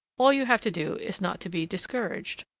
all you have to do is not to be discouraged.